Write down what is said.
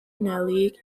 nellie